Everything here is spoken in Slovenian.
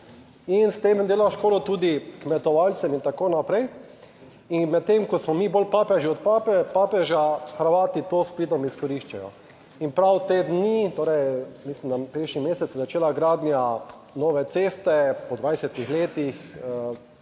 in s tem dela škodo tudi kmetovalcem in tako naprej. In medtem ko smo mi bolj papeži od papeža, Hrvati to s pridom izkoriščajo in prav te dni, torej mislim, da prejšnji mesec, se je začela gradnja nove ceste po 20 letih,